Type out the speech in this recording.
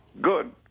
good